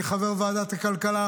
אני חבר ועדת הכלכלה,